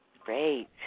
Great